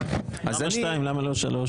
למה לא שלוש?